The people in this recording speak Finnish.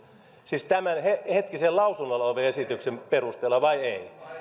siis tämänhetkisen lausunnolla olevan esityksen perusteella vai ei